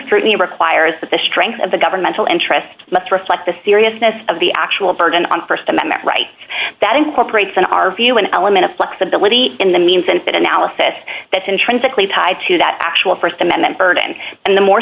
scrutiny requires that the strength of the governmental interest must reflect the seriousness of the actual burden on st amendment right that incorporates in our view an element of flexibility in the means and an analysis that's intrinsically tied to that actual st amendment burden and the more